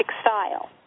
style